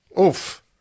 Oof